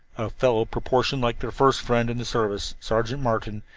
a fellow proportioned like their first friend in the service, sergeant martin,